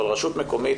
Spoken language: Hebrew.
אבל רשות מקומית,